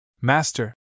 Master